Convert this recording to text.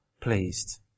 pleased